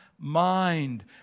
Mind